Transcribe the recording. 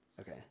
Okay